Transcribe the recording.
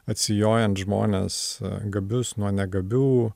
atsijojant žmones gabius nuo negabių